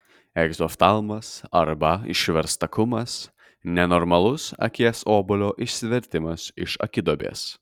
egzoftalmas arba išverstakumas nenormalus akies obuolio išsivertimas iš akiduobės